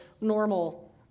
normal